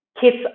kids